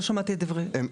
לא שמעתי את הדברים.